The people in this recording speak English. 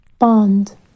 Bond